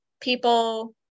people